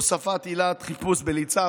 הוספת עילת חיפוש בלי צו,